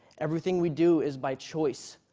everything we do is by choice.